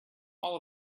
all